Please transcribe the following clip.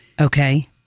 Okay